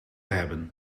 hebben